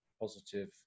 positive